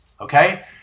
Okay